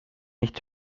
nicht